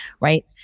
right